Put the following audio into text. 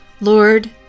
Lord